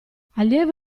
allievo